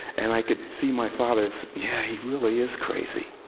and i could see my father yeah, he really is crazy.